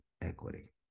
equity